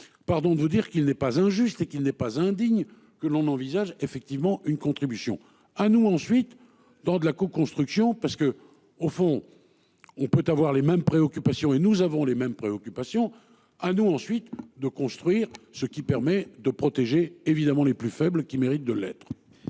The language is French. Pardon de vous dire qu'il n'est pas injuste et qu'il n'est pas indigne que l'on envisage effectivement une contribution à nous ensuite dans de la co-construction parce que au fond. On peut avoir les mêmes préoccupations et nous avons les mêmes préoccupations à nous ensuite de construire ce qui permet de protéger évidemment les plus faibles qui méritent de l'être.